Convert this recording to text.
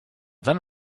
then